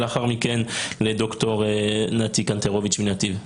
ולאחר מכן לד"ר נתי קנטרוביץ' מנתיב.